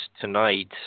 tonight